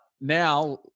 now